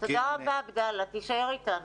תודה רבה, עבדאללה, תישאר איתנו.